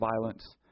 violence